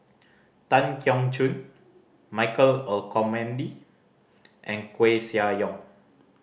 Tan Keong Choon Michael Olcomendy and Koeh Sia Yong